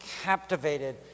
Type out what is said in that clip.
captivated